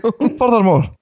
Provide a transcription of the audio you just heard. Furthermore